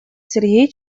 сергей